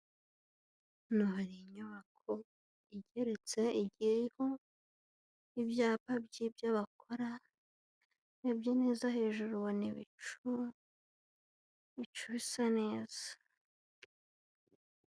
Inzu mberabyombi, iteraniyemo abayobozi bo mu nzego zitandukanye ariko bikaba bigaragara ko bari mu bihe by'icyorezo kubera ko bose bambaye idupfukamunwa two kwirinda. Imbere yabo hakaba hari ibikoresho by'ikoranabuhanga birimo mudasobwa ndetse na mikorofone zifata amajwi, ndetse n'imiti yo kwirinda.